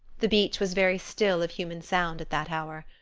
the beach was very still of human sound at that hour.